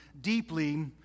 deeply